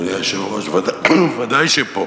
אדוני היושב-ראש, ודאי שפה,